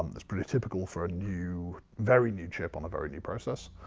that's pretty typical for a new, very new chip on a very new process.